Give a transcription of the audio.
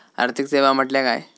आर्थिक सेवा म्हटल्या काय?